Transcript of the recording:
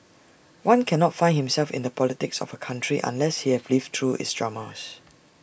one cannot find himself in the politics of A country unless he has lived through its dramas